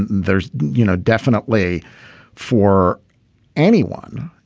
there's, you know, definitely for anyone,